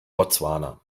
botswana